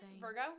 Virgo